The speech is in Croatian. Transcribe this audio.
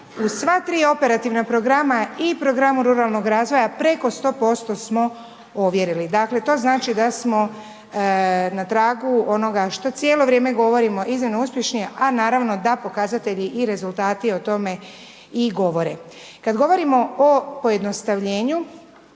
u sva 3 operativna programa, i programu ruralnog razvoja, preko 100% smo ovjerili. Dakle, to znači da smo na tragu onoga što cijelo vrijeme govorimo iznimno uspješno, a naravno da pokazatelji i rezultati o tome i govore. Kada govorimo o pojednostavljenju,